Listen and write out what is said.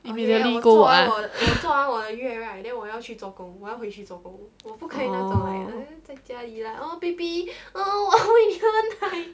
immediately go ah oh